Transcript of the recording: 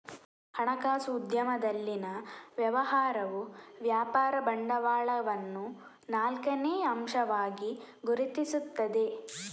ಹಣಕಾಸು ಉದ್ಯಮದಲ್ಲಿನ ವ್ಯವಹಾರವು ವ್ಯಾಪಾರ ಬಂಡವಾಳವನ್ನು ನಾಲ್ಕನೇ ಅಂಶವಾಗಿ ಗುರುತಿಸುತ್ತದೆ